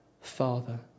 Father